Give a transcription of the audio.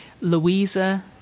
Louisa